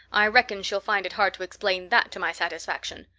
i reckon she'll find it hard to explain that to my satisfaction.